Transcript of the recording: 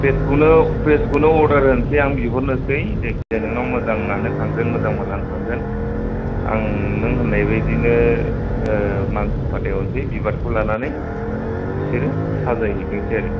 फ्रेसखौनो अर्दार होनोसै आं बिहरनोसै जायखिजाया नोंनाव मोजांआनो थांगोन मोजां मालानो थांगोन आं नों होन्नाय बायदिनो मानसि फाथायहरनोसै बिबारखौ लानानै बिसोरो साजायहैथोंसै आरो